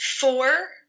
four